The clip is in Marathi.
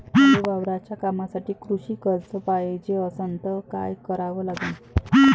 मले वावराच्या कामासाठी कृषी कर्ज पायजे असनं त काय कराव लागन?